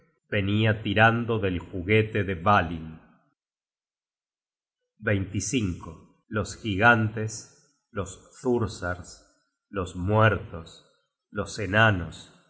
venia tirando del juguete de dvalinn los gigantes los thursars los muertos los enanos